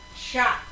shot